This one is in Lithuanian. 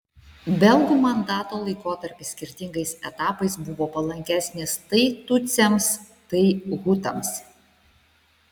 belgų mandato laikotarpis skirtingais etapais buvo palankesnis tai tutsiams tai hutams